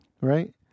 right